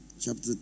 Chapter